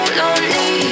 lonely